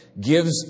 gives